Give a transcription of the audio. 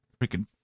Freaking